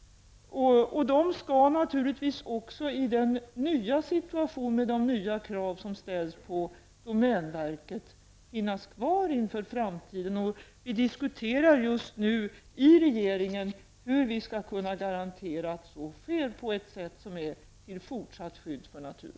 De skall naturligtvis finnas kvar inför framtiden i denna nya situation där nya krav ställs på domänverket. Vi diskuterar just nu i regeringen hur vi skall kunna garantera att så sker på ett sätt som är till fortsatt skydd för naturen.